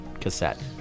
cassette